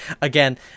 again